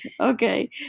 Okay